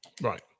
Right